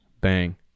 Bang